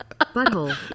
Butthole